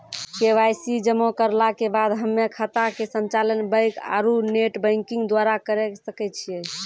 KYC जमा करला के बाद हम्मय खाता के संचालन बैक आरू नेटबैंकिंग द्वारा करे सकय छियै?